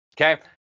Okay